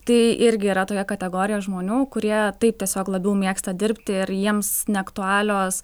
tai irgi yra tokia kategorija žmonių kurie taip tiesiog labiau mėgsta dirbti ir jiems neaktualios